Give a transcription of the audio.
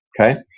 Okay